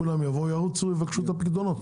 כולם יבואו, ירוצו, יבקשו את הפקדונות.